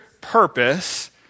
purpose